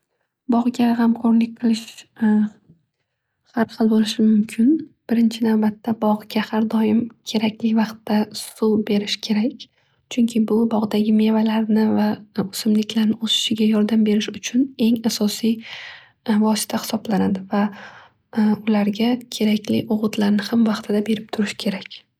Bog'ga g'amxo'rlik qilish har xil bo'lishi mumkin. Birinchi navbatda bog'ga har doim kerakli vaqtda suv berish kerak chunki bu bog'dagi mevalarni va o'simliklarni o'sishga yordam berish uchun eng asosiy vosita hisoblanadi va ularga kerakli o'g'itlarni hamvaqtida berib turish kerak.